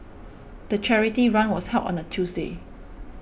the charity run was held on a Tuesday